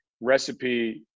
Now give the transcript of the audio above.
recipe